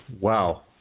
Wow